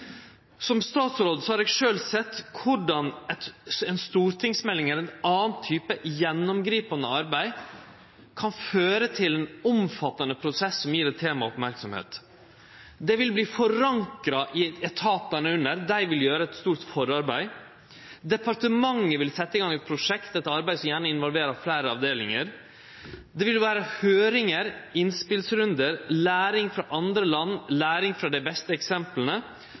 Som statsråd har eg sjølv sett korleis ei stortingsmelding eller ein annan type gjennomgripande arbeid kan føre til ein omfattande prosess som gjev eit tema merksemd. Dette vil bli forankra i etatane under, dei vil gjere eit stort forarbeid. Departementet vil setje i gang eit prosjekt, eit arbeid som gjerne involverer fleire avdelingar. Det vil vere høyringar, innspelsrundar, læring frå andre land og læring frå dei beste